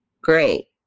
great